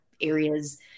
areas